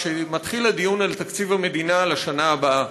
כשמתחיל הדיון על תקציב המדינה לשנה הבאה: